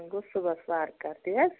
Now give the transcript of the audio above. ونۍ گوٚو صُبحَس وار کارٕ تی حظ